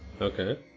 Okay